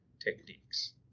techniques